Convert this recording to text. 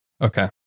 Okay